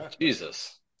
Jesus